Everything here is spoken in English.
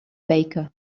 baker